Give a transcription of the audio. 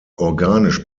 organisch